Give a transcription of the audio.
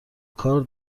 کار